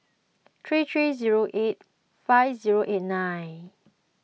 three three zero eight five zero eight nine